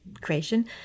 creation